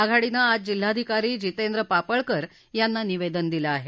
आघाडीनं आज जिल्हाधिकारी जितेंद्र पापळकर यांना निवेदन दिलं आहे